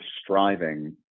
striving